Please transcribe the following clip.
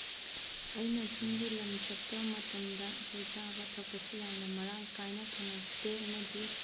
ꯑꯩꯅ ꯆꯤꯡꯒꯤ ꯂꯝ ꯆꯠꯄ ꯃꯇꯝꯗ ꯑꯩꯈꯣꯏ ꯆꯥꯕ ꯊꯛꯄꯁꯦ ꯌꯥꯝꯅ ꯃꯔꯥꯡ ꯀꯥꯏꯅ ꯐꯪꯉꯛꯇꯦ ꯑꯃꯗꯤ